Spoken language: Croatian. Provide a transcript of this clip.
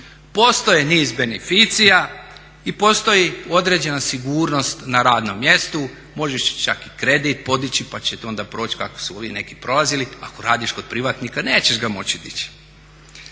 Postoji niz beneficija i postoji određena sigurnost na radnom mjestu, možda će čak i kredit podići pa će to onda proći kako su ovi neki prolazili, ako radiš kod privatnika nećeš ga moći dići.